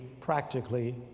practically